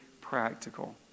practical